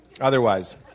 otherwise